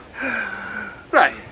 Right